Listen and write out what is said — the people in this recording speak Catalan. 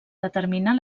determinar